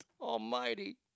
almighty